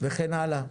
וכן הלאה.